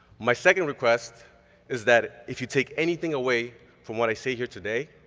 my second request is that if you take anything away from what i say here today,